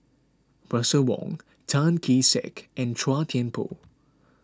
Russel Wong Tan Kee Sek and Chua Thian Poh